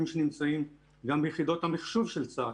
שנמצאים גם ביחידות המחשוב של צה"ל.